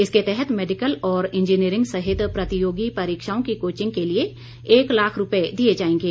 इसके तहत मैडिकल और इंजीनियरिंग सहित प्रतियोगी परीक्षाओं की कोचिंग के लिए एक लाख रूपए दिए जाएंगे